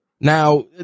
Now